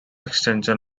extension